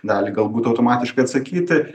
dalį galbūt automatiškai atsakyti